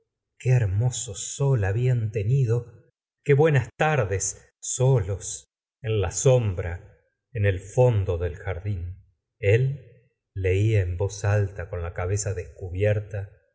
qué hermoso sol habían tenido qué buenas tardes solos en la sombra en el fondo del jardín el leía en voz alta con la cabeza descubierta